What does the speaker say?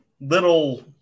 little